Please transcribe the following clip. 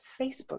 Facebook